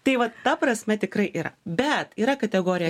tai va ta prasme tikrai yra bet yra kategorija